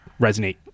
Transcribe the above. resonate